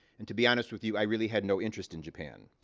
and to be honest with you, i really had no interest in japan.